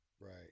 Right